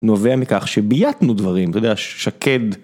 נובע מכך שבייתנו דברים, אתה יודע שקד.